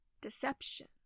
deception